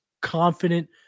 confident